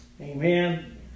Amen